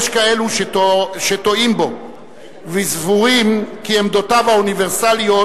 יש כאלה שטועים בו וסבורים כי עמדותיו האוניברסליות